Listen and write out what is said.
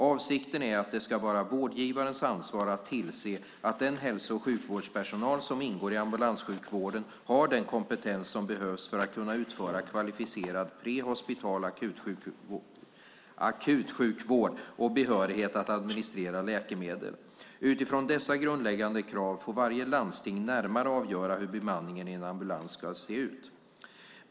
Avsikten är att det ska vara vårdgivarens ansvar att tillse att den hälso och sjukvårdspersonal som ingår i ambulanssjukvården har den kompetens som behövs för att kunna utföra kvalificerad prehospital akutsjukvård och behörighet att administrera läkemedel. Utifrån dessa grundläggande krav får varje landsting närmare avgöra hur bemanningen i en ambulans ska se ut.